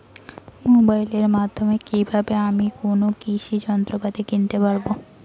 মোবাইলের মাধ্যমে কীভাবে আমি কোনো কৃষি যন্ত্রপাতি কিনতে পারবো?